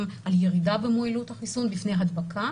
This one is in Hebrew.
על ירידה במועילות החיסון מפני הדבקה.